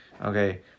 Okay